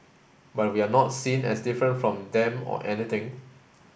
but we're not seen as different from them or anything